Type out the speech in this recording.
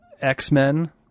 X-Men